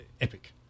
epic